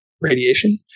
radiation